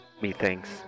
methinks